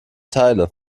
teile